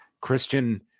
Christian